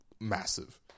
massive